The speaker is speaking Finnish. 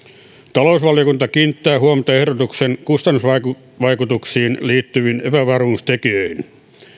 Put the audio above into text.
talousvaliokunta kiinnittää huomiota ehdotuksen kustannusvaikutuksiin liittyviin epävarmuustekijöihin